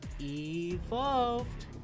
Evolved